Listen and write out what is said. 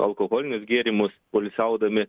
alkoholinius gėrimus poilsiaudami